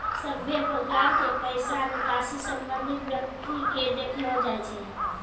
सभे प्रकार के पैसा निकासी संबंधित व्यक्ति के देखैलो जाय छै